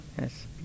yes